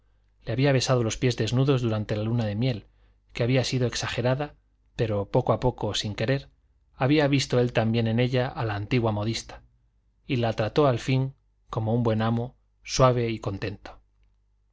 le había besado los pies desnudos durante la luna de miel que había sido exagerada pero poco a poco sin querer había visto él también en ella a la antigua modista y la trató al fin como un buen amo suave y contento